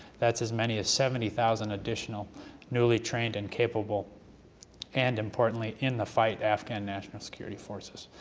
that's as many as seventy thousand additional newly trained and capable and, importantly, in the fight afghan national security forces.